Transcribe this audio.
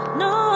no